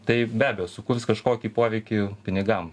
tai be abejo sukurs kažkokį poveikį pinigam